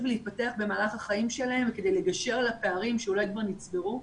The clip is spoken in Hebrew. ולהתפתח במהלך החיים שלהם וכדי לגשר על הפערים שאולי כבר נצברו.